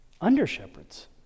under-shepherds